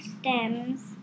stems